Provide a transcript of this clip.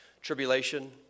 Tribulation